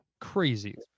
Crazy